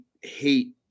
hate